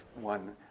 one